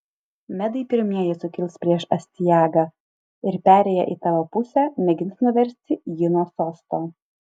medai pirmieji sukils prieš astiagą ir perėję į tavo pusę mėgins nuversti jį nuo sosto